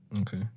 okay